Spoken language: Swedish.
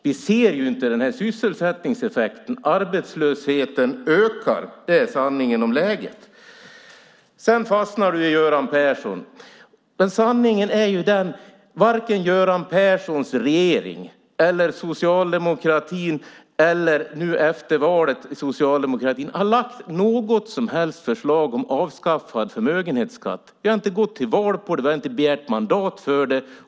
Vi ser inte heller sysselsättningseffekten. Arbetslösheten ökar. Det är sanningen om läget. Anders Borg fastnar i vad Göran Persson har sagt. Sanningen är att varken Göran Perssons regering eller socialdemokratin efter valet har lagt fram något som helst förslag om avskaffad förmögenhetsskatt. Vi har inte gått till val på det och vi har inte begärt mandat för det.